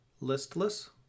Listless